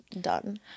done